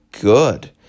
good